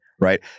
right